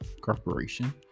Corporation